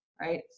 right